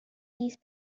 these